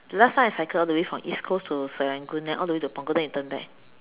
the last time I cycled all the way from east coast to Serangoon then all the way to Punggol then we turn back